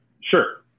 Sure